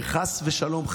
שחס ושלום,